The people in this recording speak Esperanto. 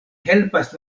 helpas